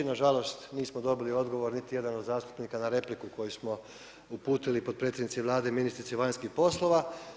Nažalost nismo dobili odgovor, niti jedan od zastupnika na repliku koju smo uputili potpredsjednici Vlade i ministrici vanjskih poslova.